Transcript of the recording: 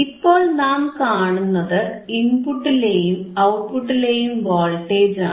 ഇപ്പോൾ നാം കാണുന്നത് ഇൻപുട്ടിലെയും ഔട്ട്പുട്ടിലെയും വോൾട്ടേജ് ആണ്